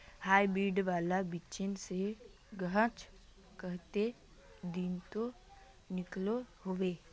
Hybrid वाला बिच्ची से गाछ कते दिनोत निकलो होबे?